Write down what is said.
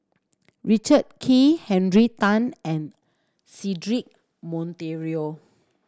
Richard Kee Henry Tan and Cedric Monteiro